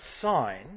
sign